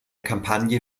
kampagne